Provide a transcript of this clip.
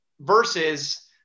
versus